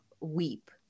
weep